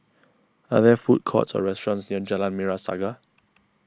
are there food courts or restaurants near Jalan Merah Saga